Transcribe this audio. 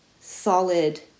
solid